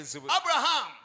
Abraham